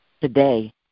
today